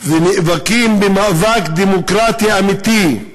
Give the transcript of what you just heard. ונאבקים במאבק דמוקרטי אמיתי,